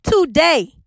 today